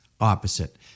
opposite